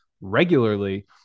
regularly